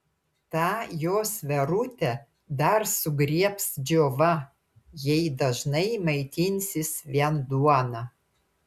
tą jos verutę dar sugriebs džiova jei dažnai maitinsis vien duona